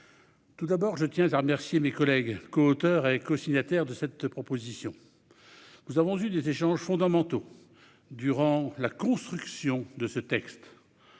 Tout d'abord, je remercie mes collègues coauteurs et cosignataires de cette proposition de loi. Nous avons eu des échanges fondamentaux durant sa construction. Ensuite,